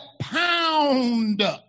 pound